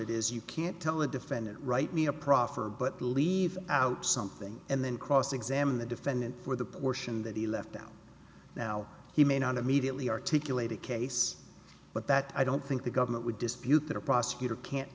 it is you can't tell a defendant write me a proffer but leave out something and then cross examine the defendant for the portion that he left out now he may not immediately articulate a case but that i don't think the government would dispute that a prosecutor can't